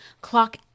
Clock